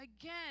again